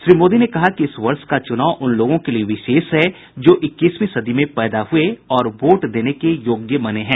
श्री मोदी ने कहा कि इस वर्ष का चुनाव उन लोगों के लिए विशेष है जो इक्कीसवीं सदी में पैदा हुए और वोट देने के योग्य बने हैं